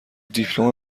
دیپلم